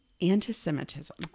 anti-Semitism